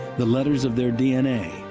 the letters of their d n a.